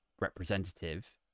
representative